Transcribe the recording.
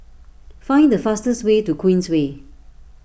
find the fastest way to Queensway